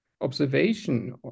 observation